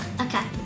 Okay